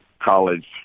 college